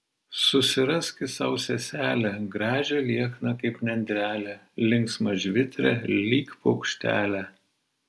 susiraski sau seselę gražią liekną kaip nendrelę linksmą žvitrią lyg paukštelę